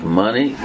money